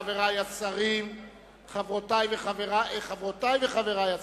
חברותי וחברי השרים,